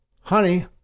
Honey